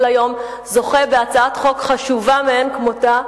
היום זוכה בהצעת חוק חשובה מאין כמותה,